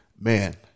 Man